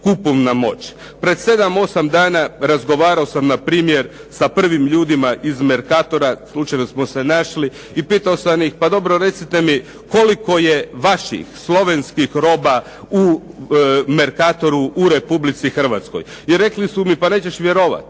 kupovna moć. Pred 7, 8 dana razgovarao sam npr. sa prvim ljudima iz "Mercatora", slučajno smo se našli, i pitao sam ih: "Pa dobro recite mi koliko je vaših slovenskih roba u "Mercatoru" u RH?" I rekli su mi: "Pa nećeš vjerovati,